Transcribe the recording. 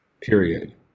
period